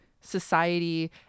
society